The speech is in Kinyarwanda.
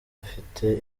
afite